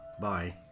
bye